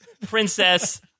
Princess